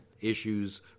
issues